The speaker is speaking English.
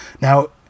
Now